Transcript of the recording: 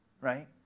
Right